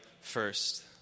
first